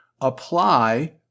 apply